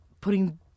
putting